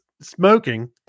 smoking